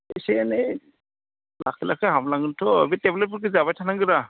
इसे एनै लासै लासै हामलांगोनथ' बे टेबलेटफोरखौ जाबाय थानांगौना